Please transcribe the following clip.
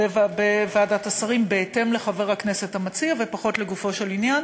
לפי חבר הכנסת המציע ופחות לגופו של עניין.